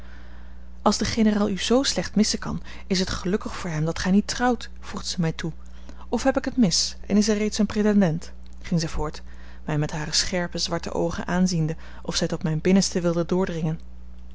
als de generaal u z slecht missen kan is het gelukkig voor hem dat gij niet trouwt voegde zij mij toe of heb ik het mis en is er reeds een pretendent ging zij voort mij met hare scherpe zwarte oogen aanziende of zij tot mijn binnenste wilde doordringen